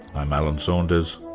i'm alan saunders,